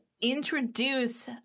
introduce